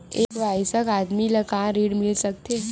एक वयस्क आदमी ला का ऋण मिल सकथे?